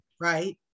right